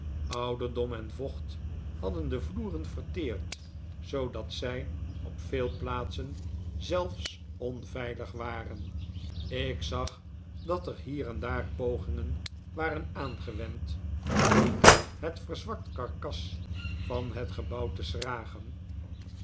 ouderdom en vocht hadden de vloeren verteerd zoodat zij op veel plaatsen zelfs onveilig waren ik zag dat er hier en daar pogingen waren aangewend om het verzwakte karkas van het gebouw te schragen